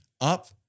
Up